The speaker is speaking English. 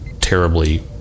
terribly